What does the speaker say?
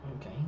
Okay